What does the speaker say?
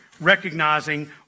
recognizing